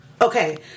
Okay